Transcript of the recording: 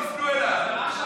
תפנו אליו.